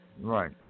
Right